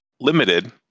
limited